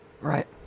Right